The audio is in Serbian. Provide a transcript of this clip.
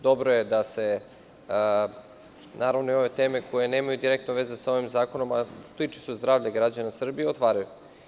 Dobro je da se i ove teme koje nemaju direktno veze sa ovim zakonom, a tiču se zdravlja građana Srbije, otvaraju.